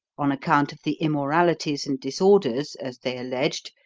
on account of the immoralities and disorders, as they alleged,